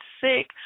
sick